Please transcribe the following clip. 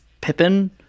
pippin